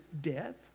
death